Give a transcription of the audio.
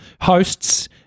hosts